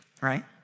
right